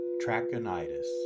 Trachonitis